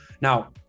Now